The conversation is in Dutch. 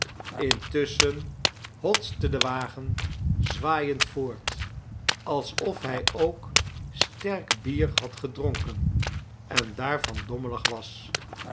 intusschen hotste de wagen zwaaiend voort alsof hij ook sterk bier had gedronken en daarvan dommelig was